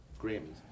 Grammys